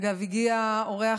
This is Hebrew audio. אגב, הגיע אורח,